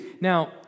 Now